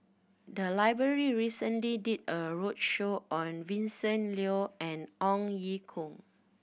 the library recently did a roadshow on Vincent Leow and Ong Ye Kung